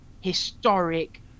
historic